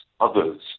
others